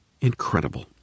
incredible